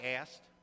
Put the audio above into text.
asked